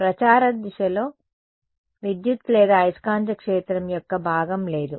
ప్రచారం దిశలో విద్యుత్ లేదా అయస్కాంత క్షేత్రం యొక్క భాగం లేదు